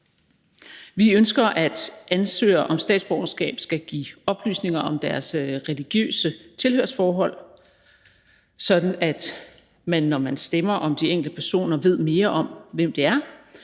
Vi ønsker, at ansøgere om statsborgerskab skal give oplysninger om deres religiøse tilhørsforhold, sådan at man, når man stemmer om de enkelte personer, ved mere om, hvem de er.